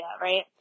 right